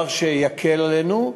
זה יקל עלינו.